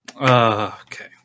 Okay